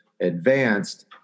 advanced